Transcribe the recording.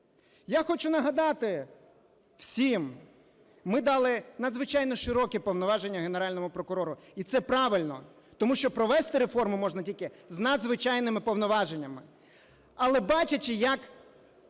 Я хочу нагадати всім. Ми дали надзвичайно широкі повноваження Генеральному прокурору і це правильно. Тому що провести реформу можна тільки з надзвичайними повноваженнями. Але бачачи як